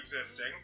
existing